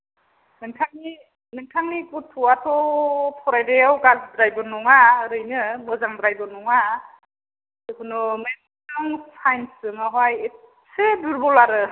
नोंथांनि नोंथांनि गथ'आथ' फरायनारायाव गाज्रिद्रायबो नङा ओरैनो मोजांद्रायबो नङा जेखुनु मेटसजों साइन्सजों आवहाय एदसे दुरबल आरो